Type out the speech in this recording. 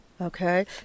Okay